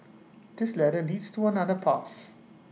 this ladder leads to another path